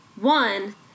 One